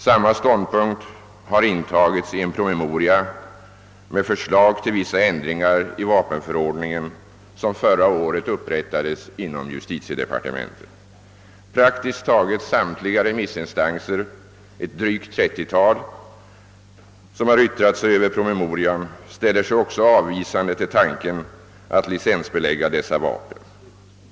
Samma ståndpunkt har intagits i en promemoria med förslag till vissa änd ringar i vapenförordningen som förra året upprättades inom justitiedepartementet. Praktiskt taget samtliga remissinstanser — ett drygt trettiotal — som har yttrat sig över promemorian ställer sig också avvisande till tanken att licensbelägga dessa vapen.